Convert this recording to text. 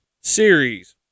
series